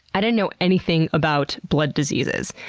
i didn't know anything about blood diseases,